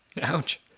Ouch